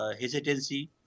hesitancy